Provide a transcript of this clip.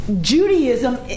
Judaism